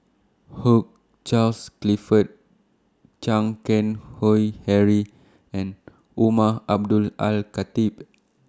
Hugh Charles Clifford Chan Keng Howe Harry and Umar Abdullah Al Khatib